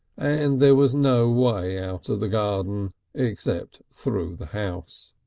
and there was no way out of the garden except through the house.